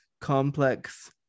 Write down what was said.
complex